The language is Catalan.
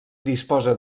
disposa